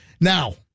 Now